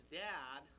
dad